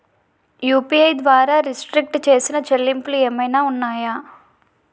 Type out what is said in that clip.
UPI ద్వారా restrict చేసిన చెల్లింపులు ఏమైనా ఉన్నాయా?